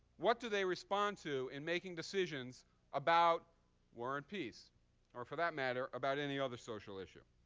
what do they respond to in making decisions about war and peace or, for that matter, about any other social issue?